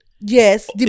Yes